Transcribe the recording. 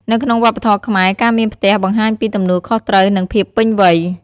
នៅក្នុងវប្បធម៌ខ្មែរ ការមានផ្ទះបង្ហាញពីទំនួលខុសត្រូវ និងភាពពេញវ័យ។